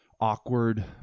awkward